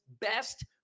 best